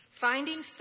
Finding